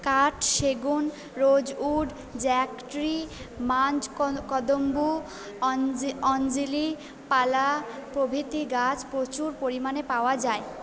কাঠ সেগুন rosewood jack tree মাঞ্জ কদম্বু অঞ্জিলি পালা প্রভৃতি গাছ প্রচুর পরিমাণে পাওয়া যায়